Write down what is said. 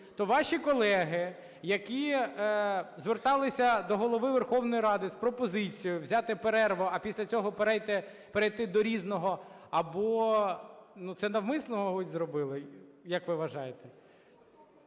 то ваші колеги, які зверталися до Голови Верховної Ради з пропозицією взяти перерву, а після цього перейти до "Різного", це навмисно, мабуть, зробили, як ви вважаєте?